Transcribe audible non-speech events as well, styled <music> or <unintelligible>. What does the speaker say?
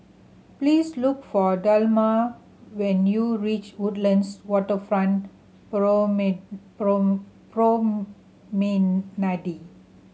please look for Delmar when you reach Woodlands Waterfront <unintelligible> Promenade